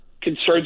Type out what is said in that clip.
concerns